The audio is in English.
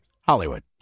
Hollywood